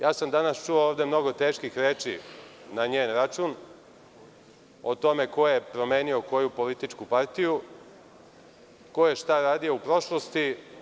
Čuo sam ovde mnogo teških reči na njen račun o tome ko je promenio koju političku partiju, ko je šta radio u prošlosti.